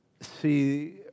see